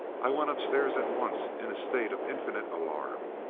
i went upstairs at once in a state of infinite alarm,